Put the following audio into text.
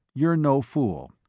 you're no fool.